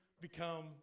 become